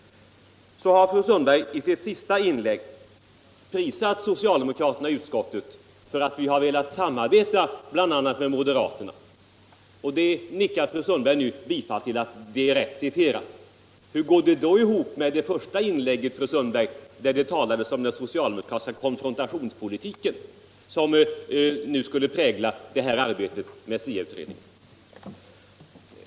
Fru Sundberg har i sitt senaste inlägg prisat socialdemokraterna i utskottet för att vi velat samarbeta med bl.a. moderaterna. Att det är rätt uppfattat nickar fru Sundberg nu bifall till. Hur går det ihop med det första inlägget, fru Sundberg, där det talades om den socialdemokratiska konfrontationspolitiken, som skulle prägla arbetet med SIA-utredningen?